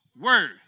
Word